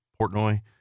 Portnoy